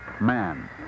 man